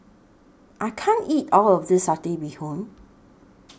I can't eat All of This Satay Bee Hoon